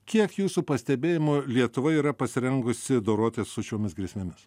kiek jūsų pastebėjimu lietuva yra pasirengusi dorotis su šiomis grėsmėmis